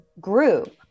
group